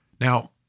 Now